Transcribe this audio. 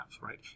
right